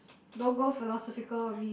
don't go philosophical on me